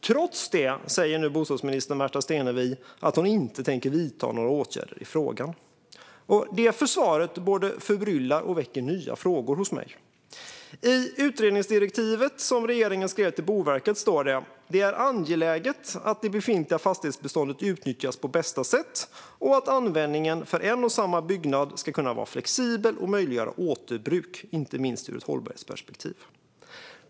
Trots det säger nu bostadsminister Märta Stenevi att hon inte tänker vidta några åtgärder i frågan. Svaret både förbryllar mig och väcker nya frågor hos mig. I utredningsdirektivet som regeringen skrev till Boverket står det att det är angeläget att det befintliga fastighetsbeståndet utnyttjas på bästa sätt och att användningen för en och samma byggnad ska kunna vara flexibel och möjliggöra återbruk, inte minst ur ett hållbarhetsperspektiv.